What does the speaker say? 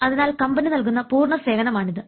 അതിനാൽ കമ്പനി നൽകുന്ന പൂർണ സേവനം ആണിത്